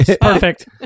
Perfect